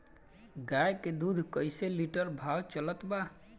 गाय के दूध कइसे लिटर भाव चलत बा?